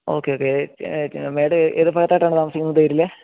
okay okay ഏ madam ഏതു ഭാഗത്തായിട്ടാണ് താമസിക്കുന്നത് ഏത് ഏരിയയിലാണ്